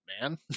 man